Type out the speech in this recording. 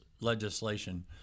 legislation